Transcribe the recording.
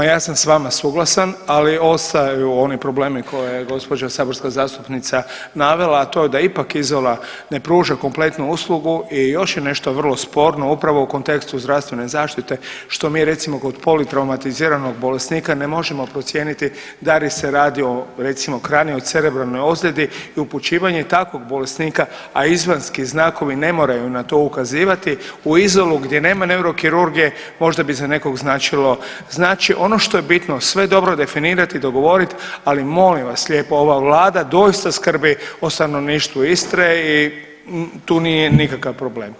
Ma ja sam s vama suglasan, ali ostaju oni problemi koje je gospođa saborska zastupnica navela, a to je da je ipak Izola ne pruža kompletnu uslugu i još je nešto vrlo sporno upravo u kontekstu zdravstvene zaštite što mi recimo kod politraumatiziranog bolesnika ne možemo procijeniti da li se radi o recimo … o cerebralnoj ozljedi i upućivanje takvog bolesnika, a izvanjski znakovi ne moraju na to ukazivati u Izolu gdje nema neurokirurgije možda bi za nekog značilo, znači ono što je bitno sve dobro definirati, dogovorit, ali molim vas lijepo ova vlada doista skrbi o stanovništvu Istre i tu nije nikakav problem.